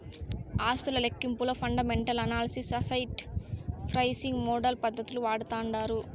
ఆస్తుల లెక్కింపులో fundamental analysis, asset pricing model పద్దతులు వాడతాండారు